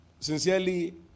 Sincerely